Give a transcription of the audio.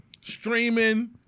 Streaming